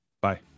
Bye